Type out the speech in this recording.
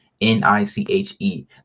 N-I-C-H-E